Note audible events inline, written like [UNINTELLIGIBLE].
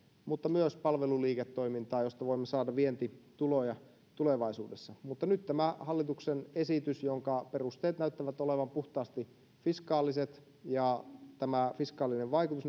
mutta myös palveluliiketoimintaa josta voimme saada vientituloja tulevaisuudessa mutta nyt tämä hallituksen esitys jonka perusteet näyttävät olevan puhtaasti fiskaaliset ja tämä fiskaalinen vaikutus [UNINTELLIGIBLE]